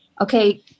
okay